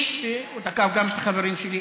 הוא תקף גם את החברים שלי,